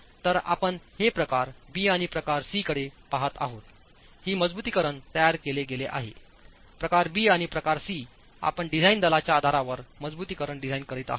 तर आपण हे प्रकार बी आणि प्रकार सी कडे पहात आहोत ही मजबुतीकरणतयार केले गेले आहे प्रकार बी आणि प्रकार सी आपण डिझाइन दलांच्या आधारावर मजबुतीकरण डिझाइन करीत आहात